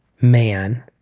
man